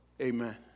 Amen